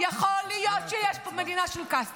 אני אילחם כדי שלא תהיה פה אכיפה בררנית.